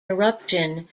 eruption